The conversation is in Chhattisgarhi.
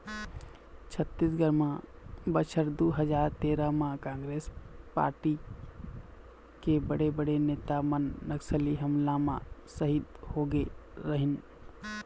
छत्तीसगढ़ म बछर दू हजार तेरा म कांग्रेस पारटी के बड़े बड़े नेता मन नक्सली हमला म सहीद होगे रहिन